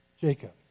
Jacob